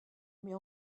mais